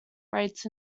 rates